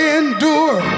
endure